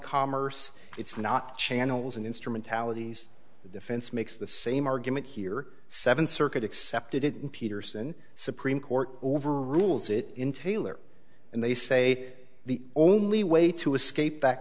commerce it's not channels and instrumentalities defense makes the same argument here seventh circuit accepted it in peterson supreme court over rules it in taylor and they say the only way to escape that